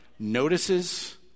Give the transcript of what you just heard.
notices